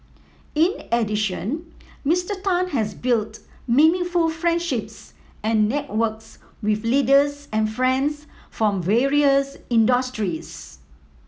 in addition Mr Tan has built meaningful friendships and networks with leaders and friends from various industries